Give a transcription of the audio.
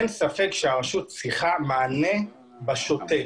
אין ספק שהרשות צריכה מענה בשוטף.